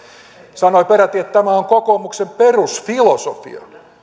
sanoi peräti että tämä on kokoomuksen perusfilosofia